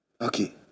okay